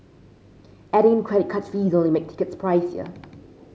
adding in credit card fees only make tickets pricier